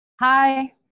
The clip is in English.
Hi